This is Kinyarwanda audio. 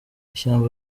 ishyamba